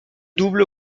double